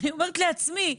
אני אומרת לעצמי: